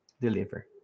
deliver